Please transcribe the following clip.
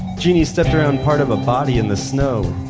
jeannie stepped around part of a body in the snow,